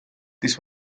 this